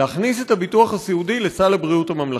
להכניס את הביטוח הסיעודי לסל הבריאות הממלכתי.